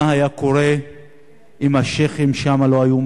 מה היה קורה אם השיח'ים שם לא היו